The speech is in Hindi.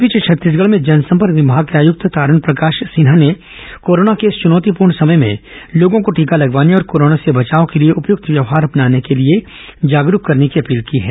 इस बीच छत्तीसगढ़ में जनसंपर्क विभाग के आयुक्त तारन प्रकाश सिन्हा ने कोरोना के इस चुनौतीपूर्ण समय में लोगों को टीका लगवाने और कोरोना से बचाव के लिए उपयक्त व्यवहार अपनाने के लिए जागरूक करने की अपील की है